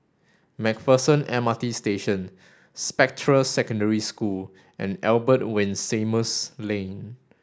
MacPherson M RT Station Spectra Secondary School and Albert Winsemius Lane